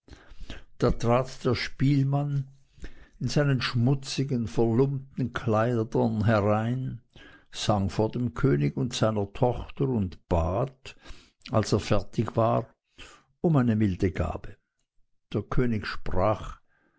da trat der spielmann in seinen schmutzigen verlumpten kleidern herein sang vor dem könig und seiner tochter und bat als er fertig war um eine milde gabe der könig sprach